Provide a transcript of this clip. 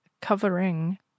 covering